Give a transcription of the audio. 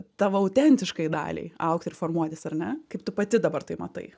tavo autentiškai daliai augti ir formuotis ar ne kaip tu pati dabar tai matai